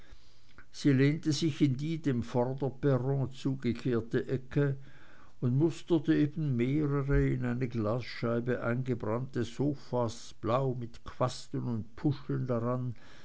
sie lehnte sich in die dem vorderperron zugekehrte ecke und musterte eben mehrere in eine glasscheibe eingebrannte sofas blau mit quasten und puscheln daran